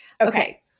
Okay